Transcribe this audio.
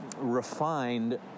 refined